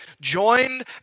joined